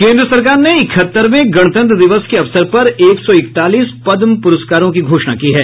केंद्र सरकार ने इकहत्तरवें गणतंत्र दिवस के अवसर पर एक सौ इकतालीस पद्म पुरस्कारों की घोषणा की है